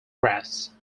graphs